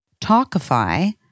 Talkify